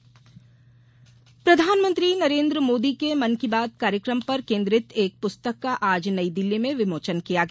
पुस्तक विमोचन प्रधानमंत्री नरेन्द्र मोदी के मन की बात कार्यक्रम पर केन्द्रित एक प्रस्तक का आज नई दिल्ली में विमोचन किया गया